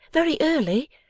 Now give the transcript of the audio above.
very early?